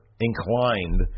inclined